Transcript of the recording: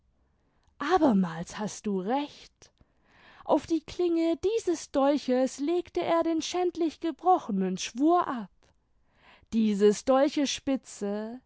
abermals hast du recht auf die klinge dieses dolches legte er den schändlich gebrochenen schwur ab dieses dolches spitze